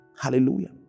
Hallelujah